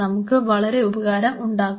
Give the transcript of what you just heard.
നമുക്ക് വളരെ ഉപകാരം ഉണ്ടാക്കും